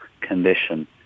condition